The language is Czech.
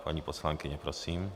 Paní poslankyně, prosím.